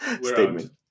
Statement